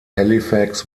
halifax